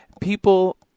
People